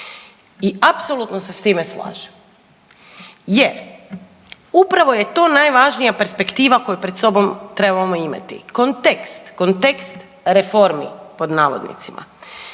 I apsolutno se s time slažem, jer upravo je to najvažnija perspektiva koju pred sobom trebamo imati kontekst, kontekst reformi pod navodnicima.